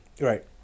Right